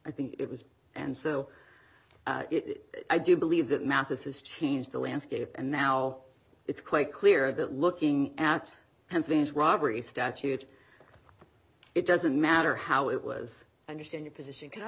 i think it was and so it i do believe that mathis has changed the landscape and now it's quite clear that looking at penzance robbery statute it doesn't matter how it was understand your position can i